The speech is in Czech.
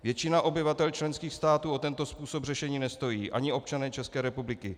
Většina obyvatel členských států o tento způsob řešení nestojí, ani občané České republiky.